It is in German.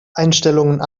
einstellungen